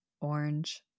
orange